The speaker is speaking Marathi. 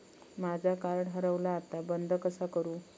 माझा कार्ड हरवला आता बंद कसा करू?